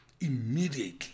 immediately